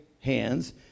hands